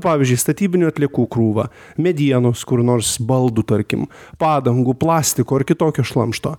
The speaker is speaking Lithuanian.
pavyzdžiui statybinių atliekų krūvą medienos kur nors baldų tarkim padangų plastiko ar kitokio šlamšto